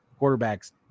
quarterbacks